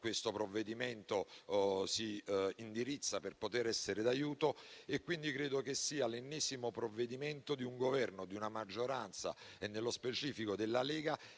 questo provvedimento si indirizza per poter essere d'aiuto. Credo dunque che questo sia l'ennesimo provvedimento di un Governo, di una maggioranza e, nello specifico, della Lega